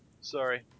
Sorry